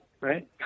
right